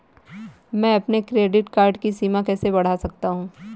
मैं अपने credit card की सीमा कैसे बढ़ा सकता हूँ?